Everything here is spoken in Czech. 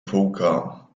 fouká